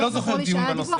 לא זכור לי שהיה דיווח.